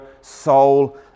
soul